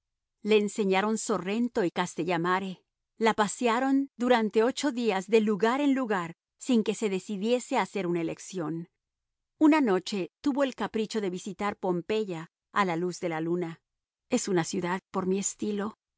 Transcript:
le enseñaron sorrento y castellamare la pasearon durante ocho días de lugar en lugar sin que se decidiese a hacer una elección una noche tuvo el capricho de visitar pompeya a la luz de la luna es una ciudad por mi